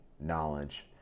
knowledge